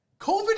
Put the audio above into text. COVID